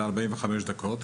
למשך 45 דקות,